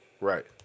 Right